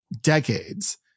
decades